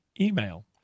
email